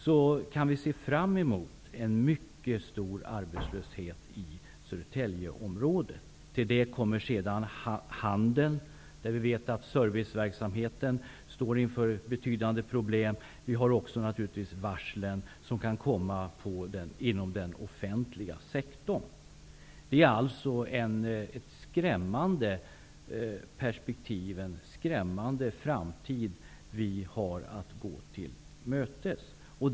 Vi kan se fram emot en mycket stor arbetslöshet i Södertäljeområdet. Till detta kommer också handeln -- vi vet att serviceverksamheten står inför betydande problem -- och de varsel som kan komma inom den offentliga sektorn. Det är alltså en skrämmande framtid vi har att gå till mötes.